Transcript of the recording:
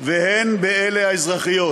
והן באלה האזרחיות.